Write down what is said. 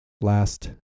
last